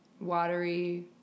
watery